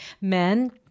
men